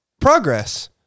progress